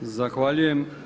Zahvaljujem.